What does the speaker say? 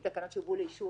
תקנות שיובאו לאישור,